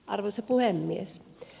arvoisa puhemies